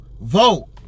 vote